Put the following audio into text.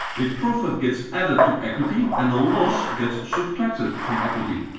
a profit gets added to equity, and a loss gets subtracted from equity.